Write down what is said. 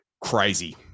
crazy